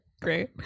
Great